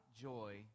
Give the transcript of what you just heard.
joy